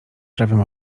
prawym